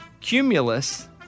cumulus